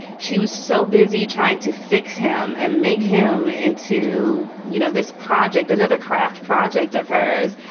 she was so busy trying to fix him and make him into you know this project another craft project of hers.